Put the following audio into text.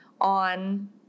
on